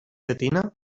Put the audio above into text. llatina